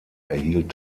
erhielt